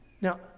Now